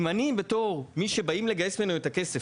אם אני בתור מי שבאים לגייס ממנו את הכסף,